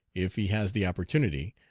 if he has the opportunity,